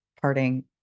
parting